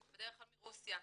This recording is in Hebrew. בדרך כלל מרוסיה.